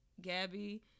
Gabby